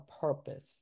purpose